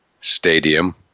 stadium